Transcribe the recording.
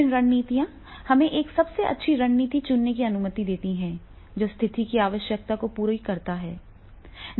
विभिन्न रणनीतियाँ हमें एक सबसे अच्छी रणनीति चुनने की अनुमति देती हैं जो स्थिति की आवश्यकता को पूरा करती है